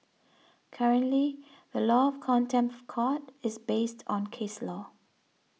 currently the law of contempt of court is based on case law